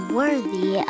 worthy